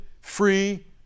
free